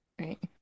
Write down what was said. Right